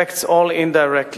affects all indirectly.